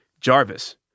Jarvis